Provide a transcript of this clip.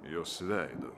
jos veido